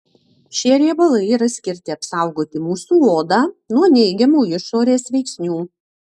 šie riebalai yra skirti apsaugoti mūsų odą nuo neigiamų išorės veiksnių